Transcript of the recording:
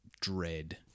dread